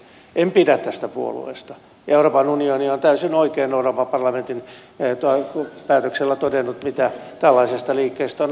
en pidä tästä puolueesta ja euroopan unioni on täysin oikein euroopan parlamentin päätöksellä todennut mitä tällaisesta liikkeestä on ajateltava